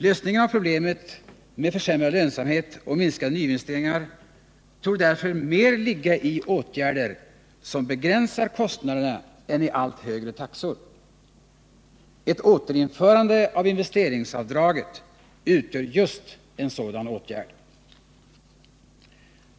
Lösningen av problemen med försämrad lönsamhet och minskade nyinvesteringar torde därför mer ligga i åtgärder som begränsar kostnaderna än i allt högre taxor. Ett återinförande av investeringsavdraget utgör just en sådan åtgärd.